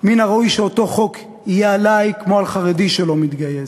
מן הראוי שאותו חוק יהיה עלי כמו על חרדי שלא מתגייס.